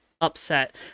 upset